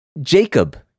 Jacob